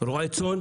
ולראות את הצאן.